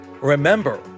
Remember